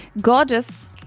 Gorgeous